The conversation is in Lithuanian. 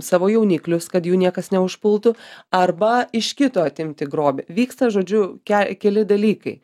savo jauniklius kad jų niekas neužpultų arba iš kito atimti grobį vyksta žodžiu ke keli dalykai